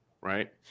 Right